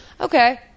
Okay